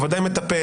הוא בוודאי מטפל,